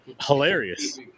Hilarious